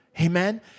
Amen